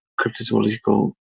cryptozoological